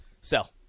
Sell